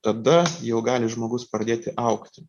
tada jau gali žmogus pradėti augti